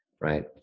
right